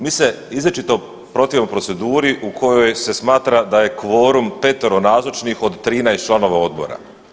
Mi se izričito protivimo proceduri u kojoj se smatra da je kvorum 5 nazočnih od 13 članova Odbora.